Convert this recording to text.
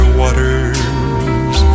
waters